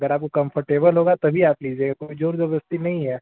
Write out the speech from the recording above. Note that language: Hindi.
अगर आपको कम्फर्टेबल होगा तभी आप लीजिएगा कोई ज़ोर ज़बर्दस्ती नहीं है